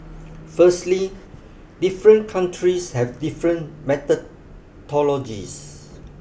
firstly different countries have different methodologies